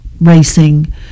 racing